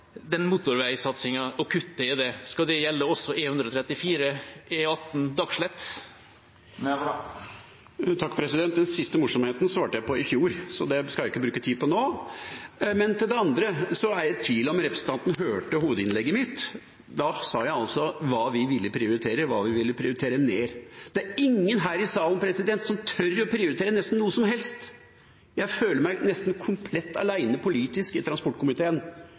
i motorveisatsingen også gjelde E134 Dagslett–E18? Den siste morsomheten svarte jeg på i fjor, så den skal jeg ikke bruke tid på nå. Men til det andre, så er jeg i tvil om representanten hørte hovedinnlegget mitt. Da sa jeg hva vi ville prioritere, og hva vi ville prioritere ned. Det er ingen her i salen som tør å prioritere nesten noe som helst. Jeg føler meg nesten komplett alene politisk i transportkomiteen.